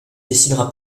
décidera